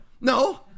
No